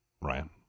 Ryan